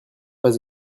pas